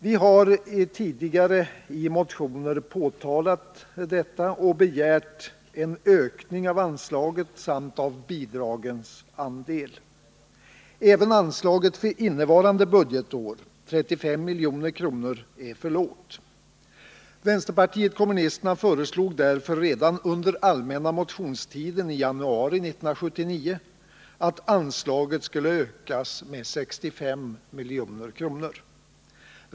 Vi har tidigare i motioner påtalat detta och begärt en ökning av anslaget samt av bidragens andel. Även anslaget för innevarande budgetår, 35 milj.kr., är för lågt. Vänsterpartiet kommunisterna föreslog därför redan under den allmänna motionstiden i januari 1979 att anslaget skulle ökas med 65 milj.kr.